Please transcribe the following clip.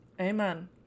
amen